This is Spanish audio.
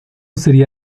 sería